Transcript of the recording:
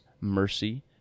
mercy